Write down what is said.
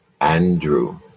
Andrew